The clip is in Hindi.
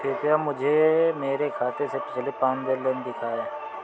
कृपया मुझे मेरे खाते से पिछले पांच लेन देन दिखाएं